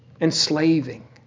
enslaving